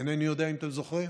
אינני יודע אם אתם זוכרים,